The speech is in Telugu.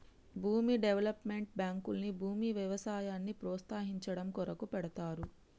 భూమి డెవలప్మెంట్ బాంకుల్ని భూమి వ్యవసాయాన్ని ప్రోస్తయించడం కొరకు పెడ్తారు